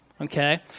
okay